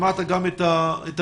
שמעת גם את הנתונים: